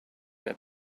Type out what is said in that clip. let